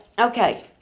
Okay